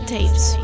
Tapes